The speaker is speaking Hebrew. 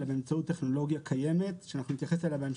אלא באמצעות טכנולוגיה קיימת שאנחנו נתייחס אליה בהמשך,